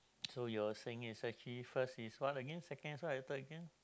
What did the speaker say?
so you are saying actually first is what again second is what and third again